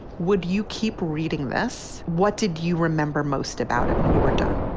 would you keep reading this? what did you remember most about it when you were done?